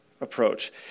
approach